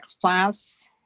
class